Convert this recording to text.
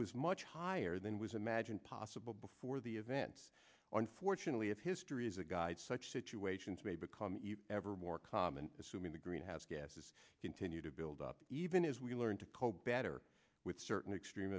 was much higher than was imagined possible before the events or unfortunately if history is a guide such situations may become ever more common assuming the greenhouse gases continue to build up even as we learn to cope better with certain extreme